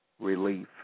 relief